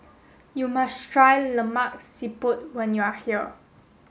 you must try Lemak Siput when you are here